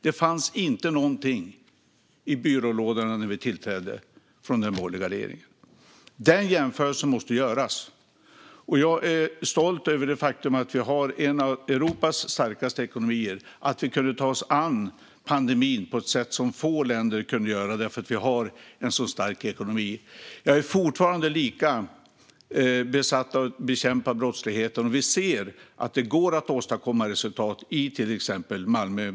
Det fanns inte någonting i byrålådorna från den borgerliga regeringen när vi tillträdde. Denna jämförelse måste göras. Jag är stolt över det faktum att Sverige har en av Europas starkaste ekonomier och att vi kunde ta oss an pandemin på ett sätt som få länder kunde göra därför att vi har en så stark ekonomi. Jag är fortfarande lika besatt av att bekämpa brottsligheten, och vi ser att det går att åstadkomma resultat i till exempel Malmö.